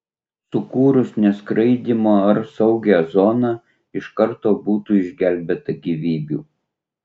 sukūrus neskraidymo ar saugią zoną iš karto būtų išgelbėta gyvybių